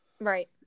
Right